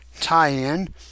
tie-in